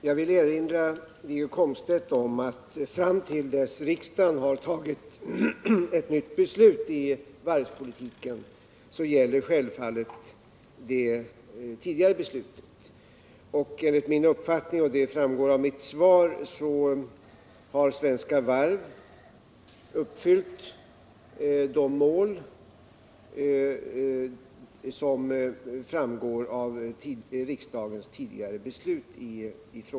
Herr talman! Jag vill erinra Wiggo Komstedt om att fram till dess riksdagen fattat ett nytt beslut om varvspolitiken gäller självfallet det tidigare beslutet. Enligt min uppfattning — det framgår av mitt svar — har Svenska Varv uppfyllt de mål som riksdagens tidigare beslut i frågan innebär.